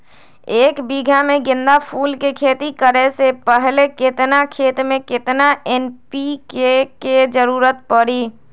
एक बीघा में गेंदा फूल के खेती करे से पहले केतना खेत में केतना एन.पी.के के जरूरत परी?